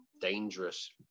dangerous